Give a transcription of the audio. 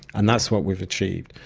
and that's what we have achieved.